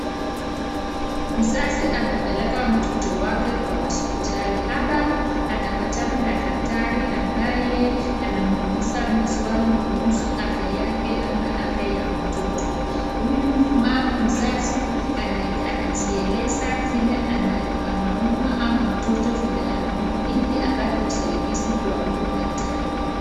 Mzazi amepeleka mtoto wake kwa hospitali ,hapa anapatana na daktari ambaye anamuuliza maswali kuhusu afya yake ama afya ya mtoto .huyu mama mzazi ana anajieleza vile anaumwa ama mtoto vile anaumwa ili apate usaidizi kwa huyu daktari.